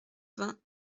vingts